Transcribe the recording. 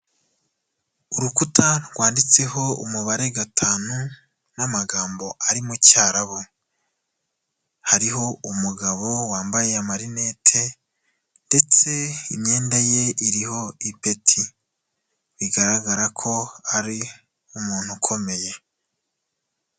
Urukuta rwanditseho umubare gatanu n'amagambo ari mu cyarabu, hariho umugabo wambaye amarinete ndetse imyenda ye iriho ipeti bigaragara ko ari umuntu ukomeye.